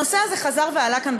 הנושא הזה חזר ועלה כאן,